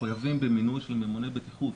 מחויבים במינוי של ממונה בטיחות,